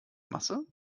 masse